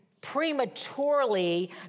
prematurely